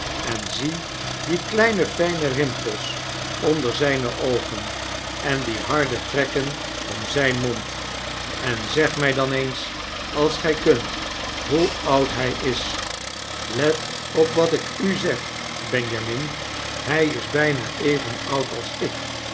naderby zie die kleine lijne rimpels onder zijne oogen en die harde trekken om zijn mond en zeg my dan eens als gy kunt hoe oud hy is let op wat ik u zeg benjamin hy is byna even oud als ik